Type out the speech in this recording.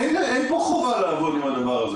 אין פה חובה לעבוד עם זה.